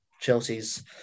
Chelsea's